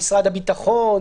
במשרד הביטחון.